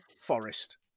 Forest